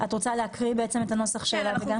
את רוצה להקריא את הנוסח אליו הגעת?